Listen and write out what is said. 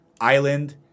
island